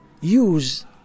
use